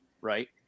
Right